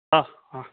অঁ অঁ